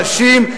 אנשים,